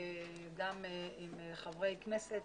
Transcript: גם עם חברי כנסת.